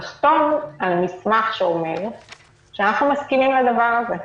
לחתום על מסמך שאומר שאנחנו מסכימים לדבר הזה.